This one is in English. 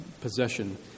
possession